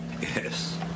Yes